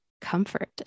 comfort